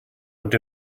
would